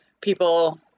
people